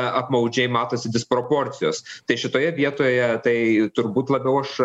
apmaudžiai matosi disproporcijos tai šitoje vietoje tai turbūt labiau aš